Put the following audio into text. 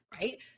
right